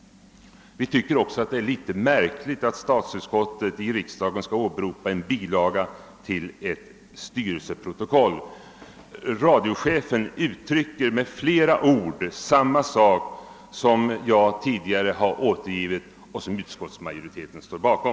Vi tycker också att det är litet märkligt att riksdagens statsutskott skall åberopa en bilaga till ett styrelseprotokoll. Radiochefen uttrycker med flera ord samma sak som jag tidigare har återgivit och som utskottsmajoriteten står bakom.